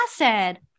acid